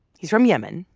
he's from yemen.